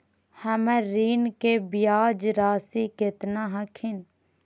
हमर ऋण के ब्याज रासी केतना हखिन?